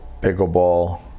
pickleball